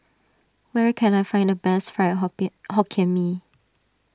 where can I find the best Fried Hokkien Mee